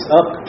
up